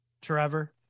Trevor